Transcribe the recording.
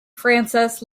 frances